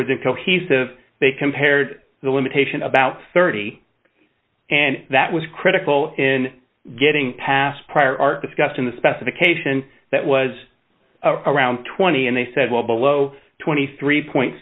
was a cohesive they compared the limitation about thirty and that was critical in getting past prior art discussed in the specification that was around twenty and they said well below twenty three point